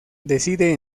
decide